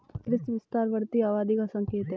कृषि विस्तार बढ़ती आबादी का संकेत हैं